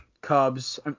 Cubs